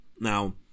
Now